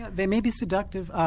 they may be seductive.